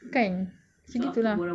kan macam gitu lah